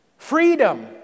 Freedom